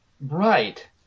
Right